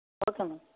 okay ma'am